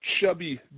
chubby